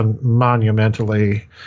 monumentally